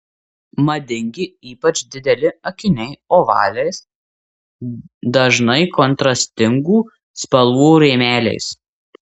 madingi ypač dideli akiniai ovaliais dažnai kontrastingų spalvų rėmeliais